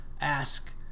ask